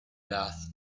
laughed